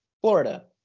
Florida